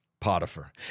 Potiphar